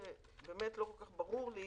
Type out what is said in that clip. לא כל כך ברור לי